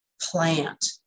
plant